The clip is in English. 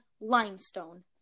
limestone